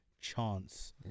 chance